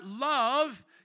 love